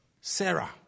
Sarah